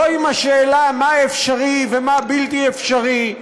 לא עם השאלה מה אפשרי ומה בלתי אפשרי.